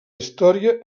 història